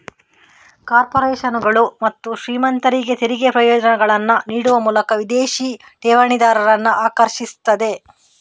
ಕಾರ್ಪೊರೇಷನುಗಳು ಮತ್ತು ಶ್ರೀಮಂತರಿಗೆ ತೆರಿಗೆ ಪ್ರಯೋಜನಗಳನ್ನ ನೀಡುವ ಮೂಲಕ ವಿದೇಶಿ ಠೇವಣಿದಾರರನ್ನ ಆಕರ್ಷಿಸ್ತದೆ